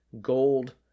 Gold